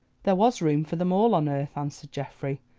there was room for them all on earth, answered geoffrey.